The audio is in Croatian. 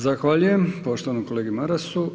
Zahvaljujem poštovanom kolegi Marasu.